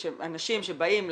אנשים שבאים למשרה,